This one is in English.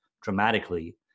dramatically